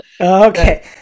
Okay